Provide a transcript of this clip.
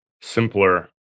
simpler